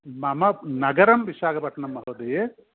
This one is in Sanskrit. मम नगरं विशाकापट्टणं महोदय